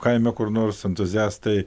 kaime kur nors entuziastai